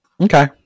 Okay